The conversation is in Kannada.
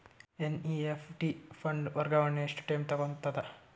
ಎನ್.ಇ.ಎಫ್.ಟಿ ಫಂಡ್ ವರ್ಗಾವಣೆ ಎಷ್ಟ ಟೈಮ್ ತೋಗೊತದ?